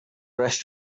rest